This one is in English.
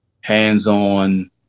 hands-on